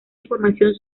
información